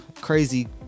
crazy